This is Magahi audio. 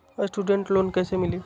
स्टूडेंट लोन कैसे मिली?